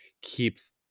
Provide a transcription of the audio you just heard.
keeps